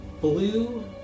blue